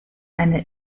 eine